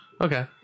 Okay